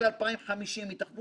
תודה מקרב לב